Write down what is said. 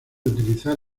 utilizar